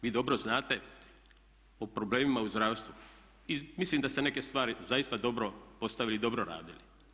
Vi dobro znate o problemima u zdravstvu i mislim da ste neke stvari zaista dobro postavili i dobro radili.